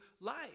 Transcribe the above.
life